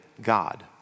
God